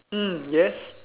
yes